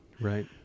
right